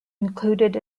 included